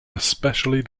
especially